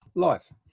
life